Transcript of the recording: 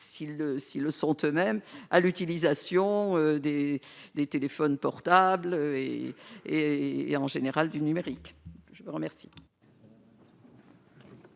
si le sont eux- mêmes à l'utilisation des des téléphones portables et et et en général du numérique, je vous remercie.